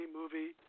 movie